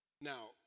Now